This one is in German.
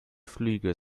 flüge